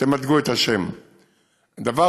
תמתגו את השם, ב.